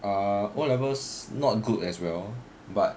ah O levels not good as well but